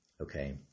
Okay